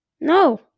No